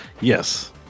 Yes